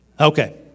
Okay